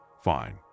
Fine